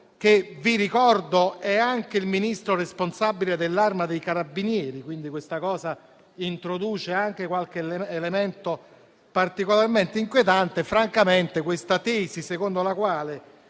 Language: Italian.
che - ricordo - è anche il Ministro responsabile dell'Arma dei carabinieri e questo introduce anche qualche elemento particolarmente inquietante. Questa tesi secondo la quale